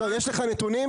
יש לך נתונים?